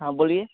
हाँ बोलिए